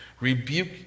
rebuke